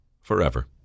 Forever